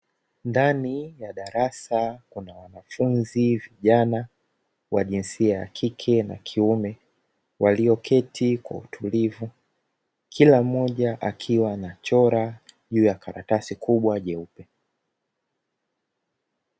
Ndani ya darasa, kuna wanafunzi vijana wa jinsia ya kike na kiume, walioketi kwa utulivu, kila mmoja akiwa anachora juu ya karatasi kubwa jeupe.